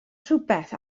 rhywbeth